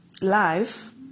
life